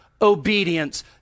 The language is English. obedience